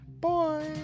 boy